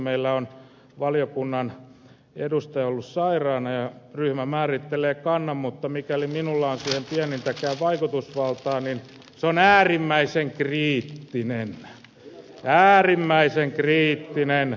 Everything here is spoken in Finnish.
meillä on valiokunnan edustaja ollut sairaana ja ryhmä määrittelee kannan mutta mikäli minulla on siihen pienintäkään vaikutusvaltaa niin se on äärimmäisen kriittinen äärimmäisen kriittinen